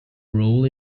role